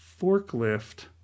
forklift